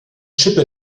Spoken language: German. schippe